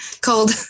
Cold